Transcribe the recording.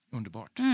Underbart